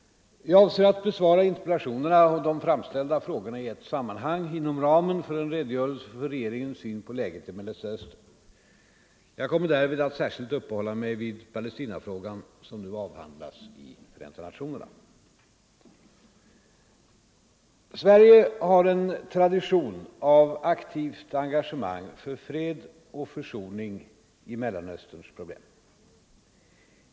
Jag avser att besvara interpellationerna och de framställda frågorna i ett sammanhang inom ramen för en redogörelse för regeringens syn på läget i Mellersta Östern. Jag kommer därvid att särskilt uppehålla mig vid Palestinafrågan som nu avhandlas i FN. Sverige har en tradition av aktivt engagemang för fred och försoning i Mellanösterns problem.